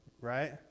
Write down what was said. right